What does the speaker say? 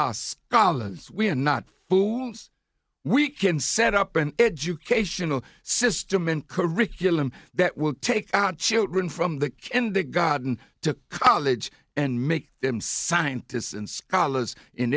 us dollars we're not fools we can set up an educational system in curriculum that will take children from the kendah godden to college and make them scientists and scholars in